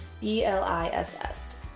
B-L-I-S-S